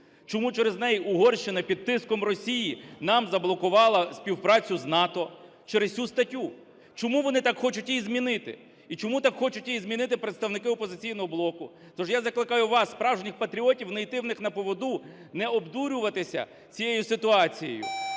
Чому через неї Угорщина під тиском Росії нам заблокувала співпрацю з НАТО? Через цю статтю. Чому вони так хочуть її змінити? І чому так хочуть її змінити представники "Опозиційного блоку"? Тож я закликаю вас, справжніх патріотів, не йти в них на поводу, не обдурюватися цією ситуацією,